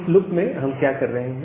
इस लुप में हम क्या कर रहे हैं